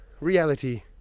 reality